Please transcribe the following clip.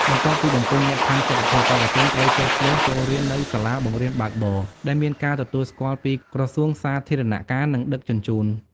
បន្ទាប់ពីបំពេញលក្ខខណ្ឌសុខភាព បេក្ខជនត្រូវចុះឈ្មោះចូលរៀននៅសាលាបង្រៀនបើកបរដែលមានការទទួលស្គាល់ពីក្រសួងសាធារណការ និងដឹកជញ្ជូន។